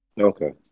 Okay